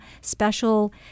special